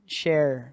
share